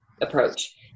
approach